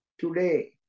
today